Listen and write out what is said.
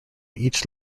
each